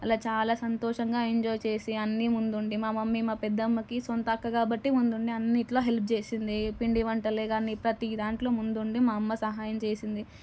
అలా చాలా సంతోషంగా ఎంజాయ్ చేసి అన్నీ ముందు ఉండి మా మమ్మీ మా పెద్దమ్మకి సొంత అక్క కాబట్టి ముందుండి అన్నిట్ల హెల్ప్ చేసింది పిండి వంటలే కానీ ప్రతీ దాంట్లో ముందుండి మా అమ్మ సహాయం చేసింది